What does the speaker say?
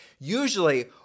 usually